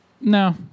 No